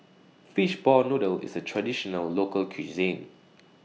Fishball Noodle IS A Traditional Local Cuisine